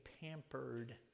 pampered